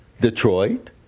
Detroit